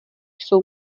jsou